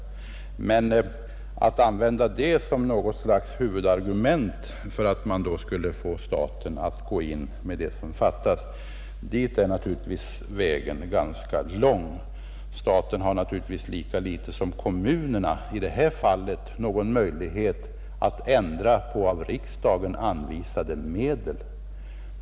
Men det går inte att använda kommunernas dåliga ekonomi som något slags huvudargument för att staten skall gå in med vad som fattas. Staten har lika litet som kommunerna någon möjlighet att ändra av riksdagen anvisade medel.